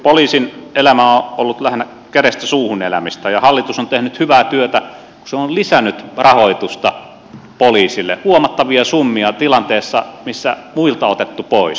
poliisin elämä on ollut lähinnä kädestä suuhun elämistä ja hallitus on tehnyt hyvää työtä kun se on lisännyt rahoitusta poliisille huomattavia summia tilanteessa missä muilta on otettu pois